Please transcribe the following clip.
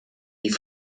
die